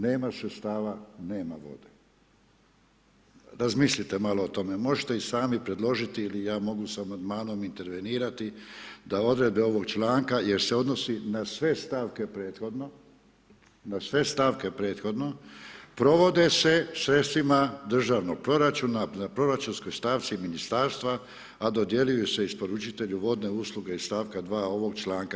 Nema sredstava, nema vode. – razmislite malo o time, možete i sami predložiti ili ja mogu s amandmanom intervenirati da odredbe ovog članka, jer se odnosi na sve stavke prethodno, na sve stavke prethodno, provode se sredstvima državnog proračuna, na proračunskoj stavci Ministarstva, a dodjeljuju se isporučitelju vodne usluge iz stavka 2., ovog članka.